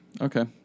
Okay